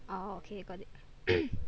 oh okay got it